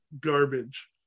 garbage